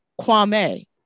Kwame